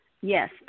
Yes